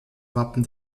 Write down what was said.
wappen